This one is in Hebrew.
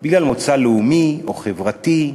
בגלל מוצא לאומי או חברתי,